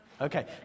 Okay